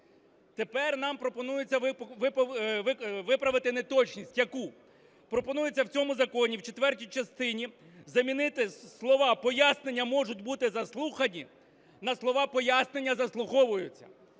Тепер нам пропонується виправити неточність. Яку? Пропонується в цьому законі в четвертій частині замінити слова "пояснення можуть бути заслухані" на слова "пояснення заслуховуються".